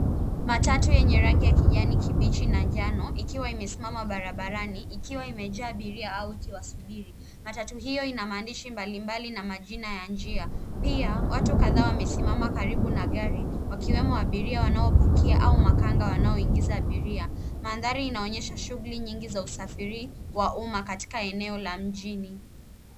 Matatu yenye rangi ya kijani kibichi na njano ikiwa imesimama barabarani, ikiwa imejaa abiria au ikiwasubiri. Matatu hiyo ina maandishi mbalimbali na majina ya njia. Pia watu kadhaa wamesimama karibu na gari, wakiwemo abiria wanaopakia au makanga wanaoingiza abiria. Mandhari inaonyesha shughuli nyingi za usafiri wa umma katika eneo la mjini.